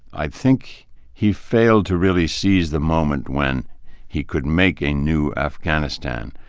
i think he failed to really seize the moment when he could make a new afghanistan.